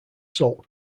salt